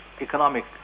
economic